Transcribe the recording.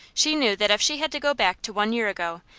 she knew that if she had to go back to one year ago,